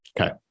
Okay